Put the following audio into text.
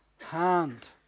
hand